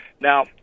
Now